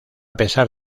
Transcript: pesar